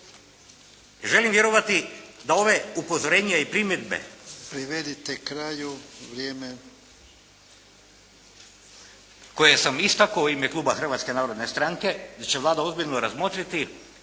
Želim vjerovati da ova upozorenja i primjedbe… …/Ivan Jarnjak: Prvedite kraju! Vrijeme./… … koje sam istakao u ime kluba Hrvatske narodne stranke će Vlada ozbiljno razmotriti,